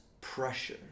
pressure